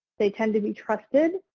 they tend to be trusted.